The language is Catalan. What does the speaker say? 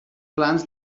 plans